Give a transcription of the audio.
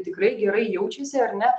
tikrai gerai jaučiasi ar ne